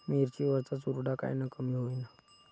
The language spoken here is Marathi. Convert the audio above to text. मिरची वरचा चुरडा कायनं कमी होईन?